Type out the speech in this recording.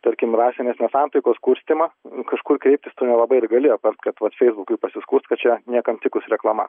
tarkim rasinės nesantaikos kurstymą kažkur kreiptis tu nelabai ir gali apart kad vat feisbukui pasiskųst kad čia niekam tikus reklama